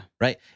Right